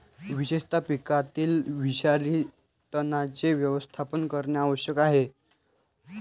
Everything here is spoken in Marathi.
विशेषतः पिकातील विषारी तणांचे व्यवस्थापन करणे आवश्यक आहे